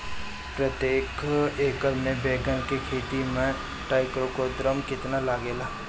प्रतेक एकर मे बैगन के खेती मे ट्राईकोद्रमा कितना लागेला?